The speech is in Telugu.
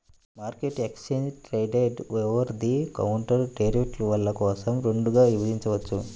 మార్కెట్ను exchange traded, over the counter డెరివేటివ్ల కోసం రెండుగా విభజించవచ్చు